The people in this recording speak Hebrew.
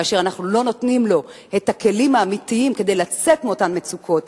כאשר אנחנו לא נותנים לו את הכלים האמיתיים כדי לצאת מאותן מצוקות,